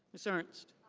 ms. ernst.